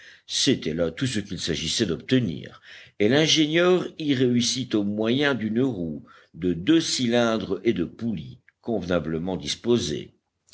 c'était là tout ce qu'il s'agissait d'obtenir et l'ingénieur y réussit au moyen d'une roue de deux cylindres et de poulies convenablement disposés